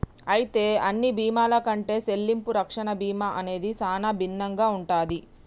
అయితే అన్ని బీమాల కంటే సెల్లింపు రక్షణ బీమా అనేది సానా భిన్నంగా ఉంటది